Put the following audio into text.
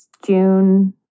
june